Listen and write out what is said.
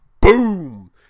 boom